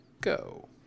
go